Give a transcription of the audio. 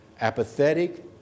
apathetic